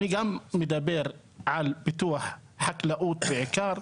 אני גם מדבר על פיתוח חקלאות בעיקר,